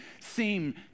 seem